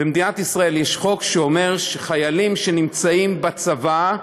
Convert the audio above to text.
שבמדינת ישראל יש חוק שאומר שחיילים שנמצאים בצבא,